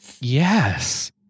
Yes